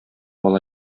ала